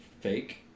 fake